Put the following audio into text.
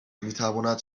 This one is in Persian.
میتواند